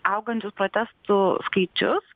augančius protestų skaičius